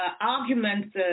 arguments